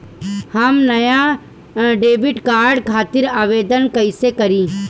हम नया debit card खातिर आवेदन कईसे करी?